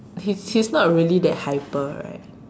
he's he's not really that hyper right